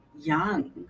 young